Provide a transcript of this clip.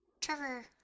Trevor